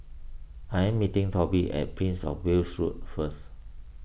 I am meeting Toby at Prince of Wales Road first